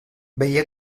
veié